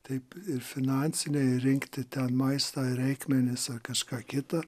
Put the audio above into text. taip ir finansiniai rinkti ten maistą ir reikmenis ar kažką kitą